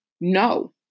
no